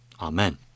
Amen